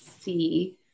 see